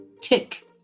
tick